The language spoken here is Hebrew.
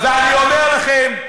ואני אומר לכם,